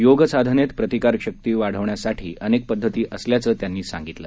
योग साधनेत प्रतिकारशाती वाढवण्यासाठी अनेक पद्धती असल्याचं त्यांनी सांगितलं